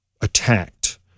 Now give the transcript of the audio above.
attacked